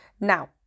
Now